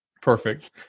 Perfect